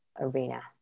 arena